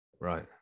Right